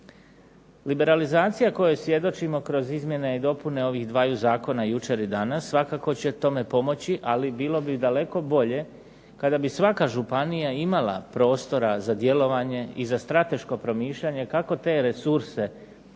Liberalizacija kojoj svjedočimo kroz izmjene i dopune ovih dvaju zakona jučer i danas svakako će tome pomoći. Ali bilo bi daleko bolje kada bi svaka županija imala prostora za djelovanje i za strateško promišljanje kako te resurse